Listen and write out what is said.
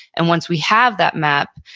and once we have that map,